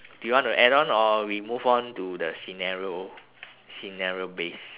do you want to add on or we move on to the scenario scenario based